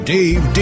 Dave